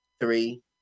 three